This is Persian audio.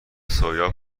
سویا